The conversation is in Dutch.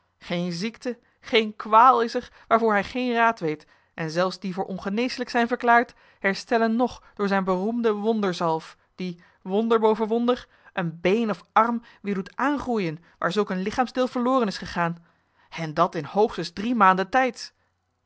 geen ziekte geen kwaal is er waarvoor hij geen raad weet en zelfs die voor ongeneeslijk zijn verklaard herstellen nog door zijne beroemde wonderzalf die wonder boven wonder een been of arm weer doet aangroeien waar zulk een lichaamsdeel verloren is gegaan en dat in hoogstens drie maanden tijds